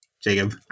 Jacob